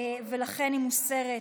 ולכן היא מוסרת.